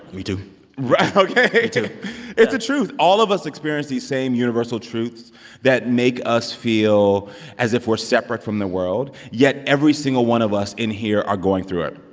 me too ok me too it's the truth. all of us experience these same universal truths that make us feel as if we're separate from the world, yet every single one of us in here are going through it.